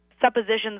suppositions